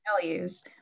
values